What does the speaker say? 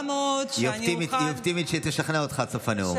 היא אופטימית שהיא תשכנע אותך עד סוף הנאום.